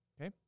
Okay